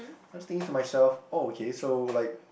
I just thinking to myself oh K so like